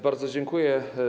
Bardzo dziękuję.